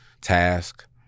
task